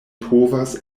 povas